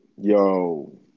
yo